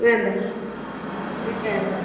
വേണ്ട വേണ്ട വേണ്ട